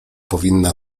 powinna